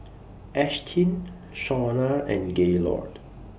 Ashtyn Shauna and Gaylord